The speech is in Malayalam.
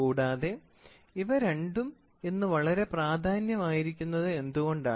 കൂടാതെ ഇവ രണ്ടും ഇന്ന് വളരെ പ്രധാനമായിരിക്കുന്നത് എന്തുകൊണ്ട്